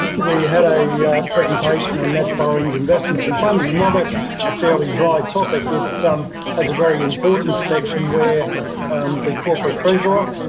we had a presentation on net borrowings, investments and funding. and while that's a fairly dry topic, it has a very important section where the corporate treasurer